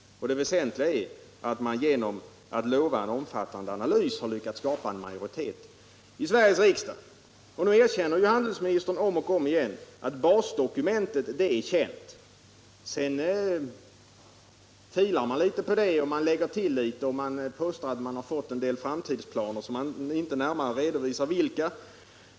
Väsentligt är också att man genom att lova en omfattande analys har lyckats skapa en majoritet i Sveriges riksdag. Nu erkänner ju också handelsministern om igen att basdokumentet var känt. Sedan har man bara filat litet på det och lagt till litet, och därefter påstår man att man har fått en del framtidsplaner — man redovisar dock inte närmare vilka.